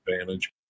advantage